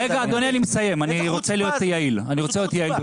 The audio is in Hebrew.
רגע, אדוני, אני רוצה להיות יעיל, ברשותכם.